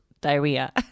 diarrhea